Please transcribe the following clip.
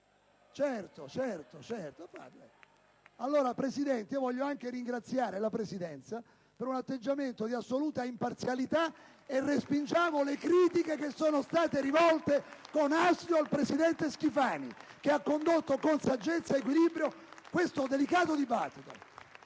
dai banchi dell'opposizione).* Voglio anche ringraziare la Presidenza per un atteggiamento di assoluta imparzialità e respingiamo le critiche che sono state rivolte con astio al presidente Schifani, che ha condotto con saggezza ed equilibrio questo delicato dibattito.